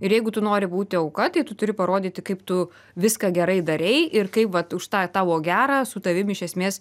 ir jeigu tu nori būti auka tai tu turi parodyti kaip tu viską gerai darei ir kaip vat už tą tavo gerą su tavim iš esmės